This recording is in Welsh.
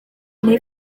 neu